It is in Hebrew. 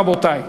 רבותי,